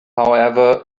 however